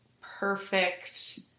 perfect